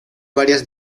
varias